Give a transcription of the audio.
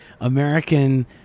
American